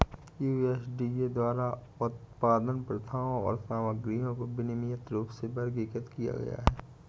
USDA द्वारा उत्पादन प्रथाओं और सामग्रियों को विनियमित रूप में वर्गीकृत किया गया है